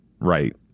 right